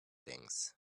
things